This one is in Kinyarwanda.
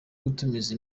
gutumiza